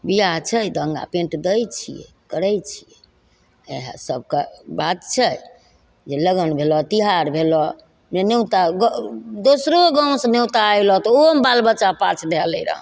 बिआह छै तऽ अङ्गा पैन्ट दै छिए करै छिए इएहसबके बात छै जे लगन भेलऽ तिहार नेओता दोसरो गामसे नेओता अएलै तऽ ओहोमे बाल बच्चा पाछ धै लै रहनि